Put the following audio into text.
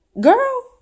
girl